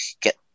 get